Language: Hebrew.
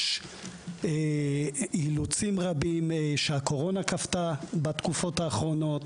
יש אילוצים רבים שהקורונה כפתה בתקופות האחרונות,